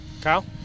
Kyle